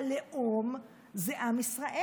הלאום זה עם ישראל.